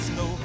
no